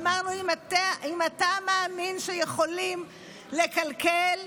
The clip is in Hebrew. אמרנו: אם אתה מאמין שיכולים לקלקל,